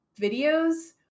videos